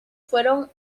fueron